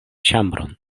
ĉambron